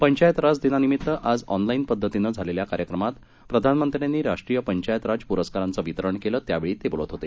पंचायत राज दिनानिमित्तानं आज ऑनलाईन पद्धतीनं झालेल्या कार्यक्रमात प्रधानमंत्र्यांनी राष्ट्रीय पंचायत राज पुरस्कारांचं वितरण केलं त्यावेळी ते बोलत होते